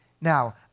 now